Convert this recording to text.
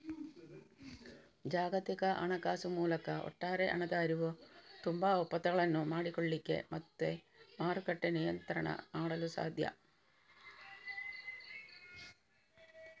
ಜಾಗತಿಕ ಹಣಕಾಸು ಮೂಲಕ ಒಟ್ಟಾರೆ ಹಣದ ಹರಿವು, ತುಂಬಾ ಒಪ್ಪಂದಗಳನ್ನು ಮಾಡಿಕೊಳ್ಳಿಕ್ಕೆ ಮತ್ತೆ ಮಾರುಕಟ್ಟೆ ನಿಯಂತ್ರಣ ಮಾಡಲು ಸಾಧ್ಯ